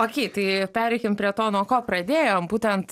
okei tai pereikim prie to nuo ko pradėjom būtent